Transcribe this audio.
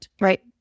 Right